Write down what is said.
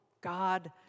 God